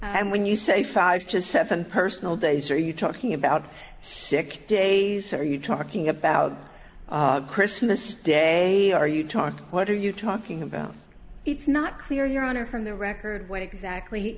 and when you say five to seven per snow days are you talking about sick days are you talking about christmas day are you talking what are you talking about it's not clear your honor from the record what exactly